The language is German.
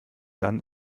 dann